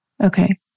Okay